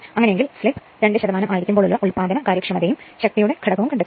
അങ്ങനെ എങ്കിൽ സ്ലിപ് 2 ആയിരിക്കുമ്പോൾ ഉള്ള ഉല്പാദന കാര്യക്ഷമതയും ശക്തിയുടെ ഘടകവും കണ്ടെത്തുക